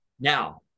Now